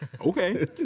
okay